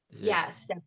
Yes